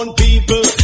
people